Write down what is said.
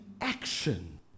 action